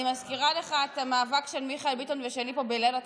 אני מזכירה לך את המאבק של מיכאל ביטון ושלי פה בליל התקציב.